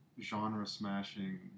genre-smashing